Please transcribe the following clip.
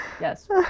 Yes